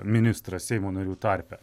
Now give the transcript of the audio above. ministras seimo narių tarpe